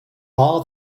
bar